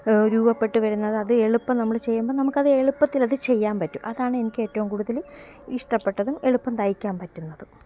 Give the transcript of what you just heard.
രൂപപ്പെട്ടു വരുന്നത് അത് എളുപ്പം നമ്മള് ചെയ്യുമ്പോള് നമുക്കത് എളുപ്പത്തിലത് ചെയ്യാൻ പറ്റും അതാണ് എനിക്ക് ഏറ്റവും കൂടുതല് ഇഷ്ടപ്പെട്ടതും എളുപ്പം തയ്ക്കാൻ പറ്റുന്നതും